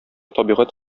табигать